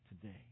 today